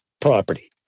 property